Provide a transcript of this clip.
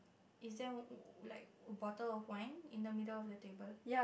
is there o~ like bottle of wine in the middle of the table